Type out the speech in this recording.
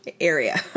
area